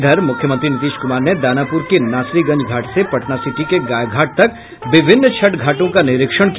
इधर मुख्यमंत्री नीतीश कुमार ने दानापुर के नासरीगंज घाट से पटना सिटी के गायघाट तक विभिन्न छठ घाटों का निरीक्षण किया